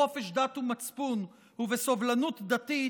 בחופש דת ומצפון ובסובלנות דתית,